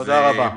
תודה רבה.